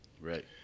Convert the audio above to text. Right